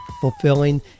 fulfilling